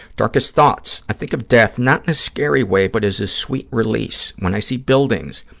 darkest thoughts. i think of death not in a scary way, but as a sweet release. when i see buildings,